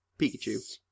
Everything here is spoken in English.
Pikachu